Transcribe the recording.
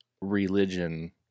religion